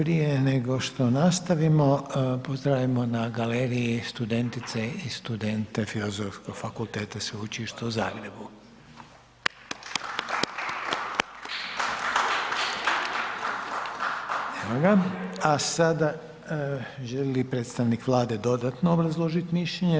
Prije nego što nastavimo pozdravimo na galeriji studentice i studente Filozofskog fakulteta Sveučilišta u Zagrebu. Sada želi li predstavnik Vlade dodatno obrazložiti mišljenje?